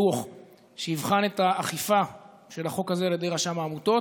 דוח שיבחן את האכיפה של החוק הזה על ידי רשם העמותות.